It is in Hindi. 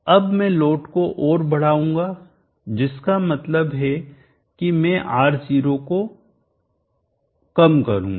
अब मैं लोड को और बढ़ाऊंगा जिसका मतलब है कि मैं R0 और कम करूंगा